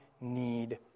need